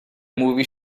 movie